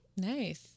Nice